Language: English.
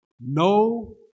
no